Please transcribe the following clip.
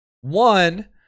one